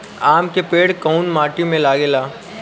आम के पेड़ कोउन माटी में लागे ला?